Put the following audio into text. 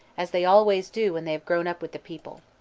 as they always do when they have grown up with the people.